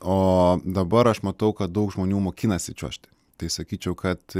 o dabar aš matau kad daug žmonių mokinasi čiuožti tai sakyčiau kad